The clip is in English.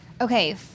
Okay